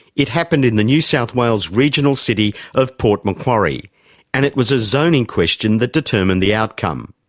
it happened in the new south wales regional city of port macquarie and it was a zoning question that determined the outcome.